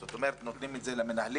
זאת אומרת, נותנים את זה למנהלים